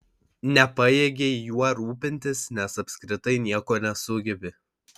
nepajėgei juo rūpintis nes apskritai nieko nesugebi